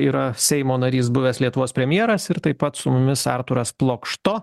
yra seimo narys buvęs lietuvos premjeras ir taip pat su mumis artūras plokšto